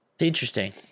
interesting